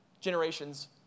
generations